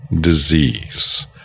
disease